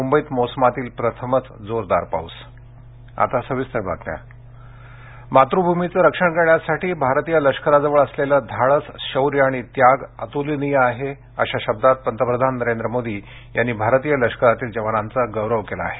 मुंबईत मोसमातील प्रथमच जोरदार पाऊस आता सविस्तर बातम्या पंतप्रधान मातृभूमीचे रक्षण करण्यासाठी भारतीय लष्काराजवळ असलेलं धाडस शौर्य आणि त्याग अत्रलनीय आहे अशा शब्दात पंतप्रधान नरेंद्र मोदी यांनी भारतीय लष्करातील जवानांचा गौरव केला आहे